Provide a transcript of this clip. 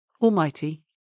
Almighty